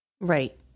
Right